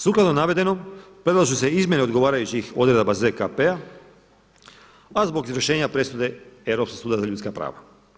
Sukladno navedenom predlažu se izmjene odgovarajućih odredaba ZKP-a, a zbog izvršenja presude Europskog suda za ljudska prava.